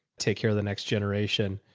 take care of the next generation.